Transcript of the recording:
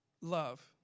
love